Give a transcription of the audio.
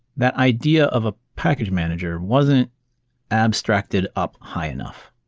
that idea of a package manager wasn't abstracted up high enough.